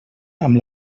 amb